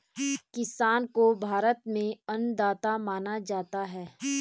किसान को भारत में अन्नदाता माना जाता है